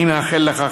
אני מאחל לך,